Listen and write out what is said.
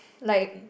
like mm